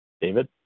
David